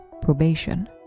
probation